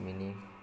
बिनि